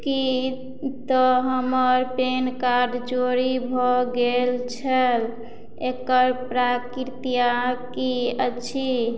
किएक कि तऽ हमर पैन कार्ड चोरी भऽ गेल छल एकर प्राक्रिआ की अछि